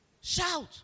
Shout